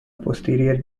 posterior